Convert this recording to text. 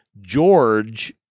George